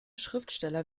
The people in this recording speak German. schriftsteller